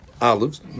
olives